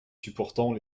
supportant